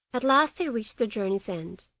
at last they reached their journey's end,